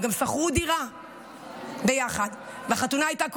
הם גם שכרו דירה ביחד, והחתונה הייתה קרובה,